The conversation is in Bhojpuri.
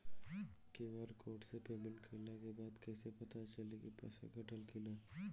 क्यू.आर कोड से पेमेंट कईला के बाद कईसे पता चली की पैसा कटल की ना?